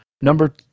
Number